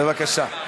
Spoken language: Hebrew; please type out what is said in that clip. בבקשה.